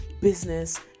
business